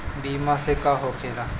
बीमा से का होखेला?